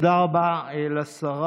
תודה רבה לשרה.